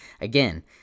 again